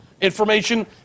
Information